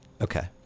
Okay